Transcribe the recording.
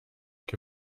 che